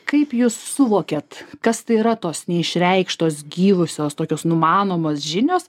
kaip jūs suvokiat kas tai yra tos neišreikštos gyvosios tokios numanomos žinios